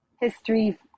history